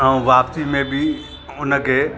ऐं वापसी में बि उनखे